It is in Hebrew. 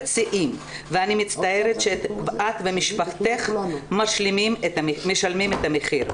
שיאים ואני מצטערת שאת ומשפחתך משלמים את המחיר.